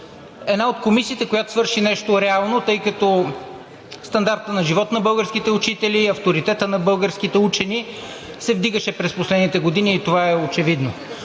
Една от комисиите, която свърши нещо реално, тъй като стандартът на живот на българските учители и авторитетът на българските учени се вдигаше през последните години, и това е очевидно.